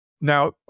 Now